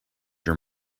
your